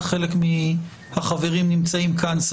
וחלק מהחברים נמצאים כאן,